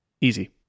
Easy